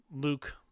Luke